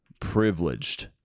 Privileged